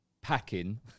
packing